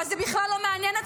אבל זה בכלל לא מעניין אתכם.